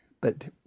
but